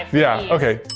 yeah, okay,